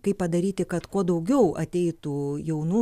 kaip padaryti kad kuo daugiau ateitų jaunų